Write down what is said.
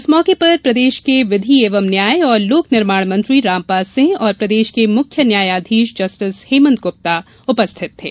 इस मौके पर प्रदेश के विधि एवं न्याय और लोक निर्माण मंत्री रामपाल सिंह और प्रदेश के मुख्य न्यायाधीश जस्टिस हेमंत गुप्ता उपस्थित थे